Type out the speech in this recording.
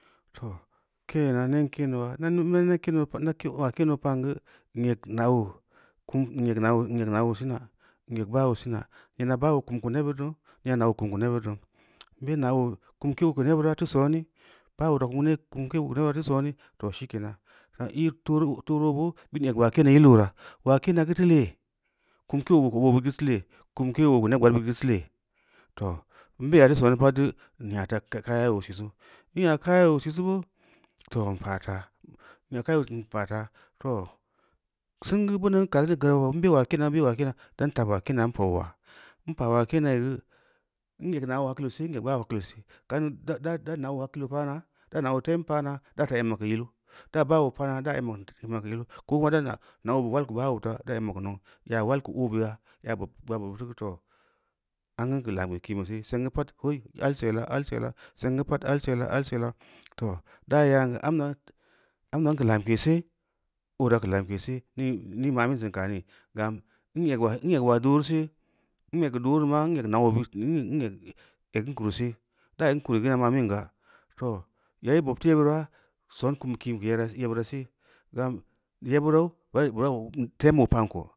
Too, keeno, neng kendoo, na n be kendo na maa kendo pa’n geu, n eg na’oo kum n eg na’oo sina, n eg baa oo sina, neena baa oo kum keu nebbid doo neena ne’oo kum keu nebbid doo, n be’ na’oo kumku oo teu nebira teu sooni, baa oora kumke oo geu nebira teu sooni, too shikenan, tooreu oo boo gid n eg ulaa kem neu yil oora, ulaa kema geu teu lee, kunke oo geu oboo bid geu teu lee, kum kee oo geu neb gbaad bid geu teu leu too, n be’ya teu sooni pad geu, nya taa kaya oo sisu n nya kayai oo sisu geu too, n pa’a taa, nya kayai too n pa’a taa, singeu beuneu kani garau n be ulaa kena, be ulaa keena, dan taɓa keeno n pau ulo, n pa’ ulaa keenayi geu, n eg na’o hakhilo see, n eg baa’ oo hakkilo see, kanneu da na’oo hakkilo pa’na, da na’oo tem pa’naa, da taa amma keu yilu, da baa oo pa’aa da ema keu yilu koma dan na’oo bu ulal keu baa-oo fa da emma keu nau yaa ulal keu oobeya yaa bobi geu too am gu n keu lamke kiin beu geu see, seng geu pad ulei al sela al sela, seng geu pad al sela alsela, too da yaan geu amma, amma n keu lamke see, oora keu lamke see, nii ma’ bin sen kaani? Gam in egeu ula daru sel, n egeu doora reu maa ega na’oo eg n kunu see, daa egn kunu geu ma ma’min ga, too yai bob teu yebira, sen kuum kinbeu keu yebira see, gam yebirau bira tamo pa’n ko.